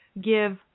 give